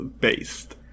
based